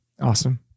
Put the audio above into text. Awesome